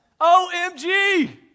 OMG